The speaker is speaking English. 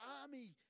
army